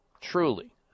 truly